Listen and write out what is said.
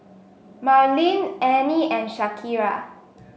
Marleen Anie and Shakira